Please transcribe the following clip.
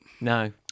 No